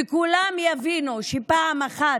וכולם יבינו פעם אחת,